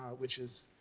which is